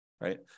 right